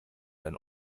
ein